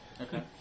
Okay